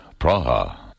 Praha